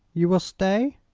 you will stay?